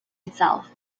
itself